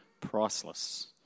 priceless